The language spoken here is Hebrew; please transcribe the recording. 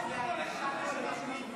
שיוסיפו אותנו לפרוטוקול.